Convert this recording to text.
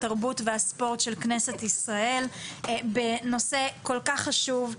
התרבות והספורט של כנסת ישראל בנושא כל כך חשוב.